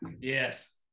Yes